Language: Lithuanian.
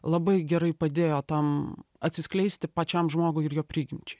labai gerai padėjo tam atsiskleisti pačiam žmogui ir jo prigimčiai